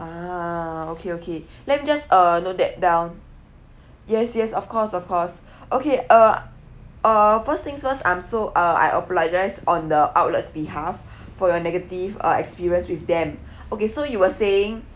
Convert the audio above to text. ah okay okay let me just uh note that down yes yes of course of course okay uh uh first things first I'm so uh I apologise on the outlets behalf for your negative uh experience with them okay so you were saying